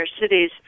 cities